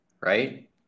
right